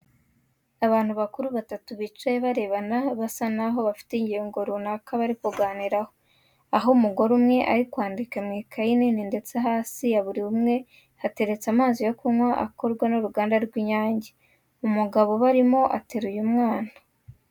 Abantu bakuru batatu bicaye barebana basa n'aho bafite ingingo tunaka bari kuganiraho, aho umugore umwe ari kwandika mu ikayi nini ndetse hasi ya buri umwe hateretse amazi yo kunywa akorwa n'uriganda rw'inyange. Umugabo urarimo ateruye umwana.